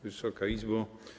Wysoka Izbo!